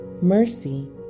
Mercy